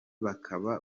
bakaba